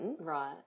Right